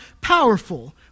powerful